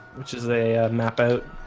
which is a map out